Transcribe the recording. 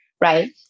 right